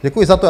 Děkuji za to.